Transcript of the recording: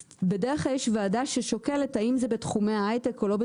בדרך כלל יש ועדה ששוקלת האם זה בתחומי ההייטק או לא.